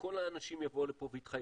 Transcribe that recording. ושכל האנשים יבואו לפה ויתחייבו,